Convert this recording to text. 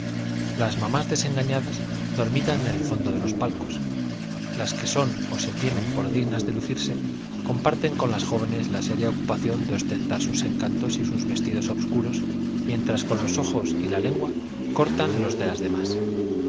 las mamás desengañadas dormitan en el fondo de los palcos las que son o se tienen por dignas de lucirse comparten con las jóvenes la seria ocupación de ostentar sus encantos y sus vestidos obscuros mientras con los ojos y la lengua cortan los de las demás